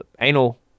anal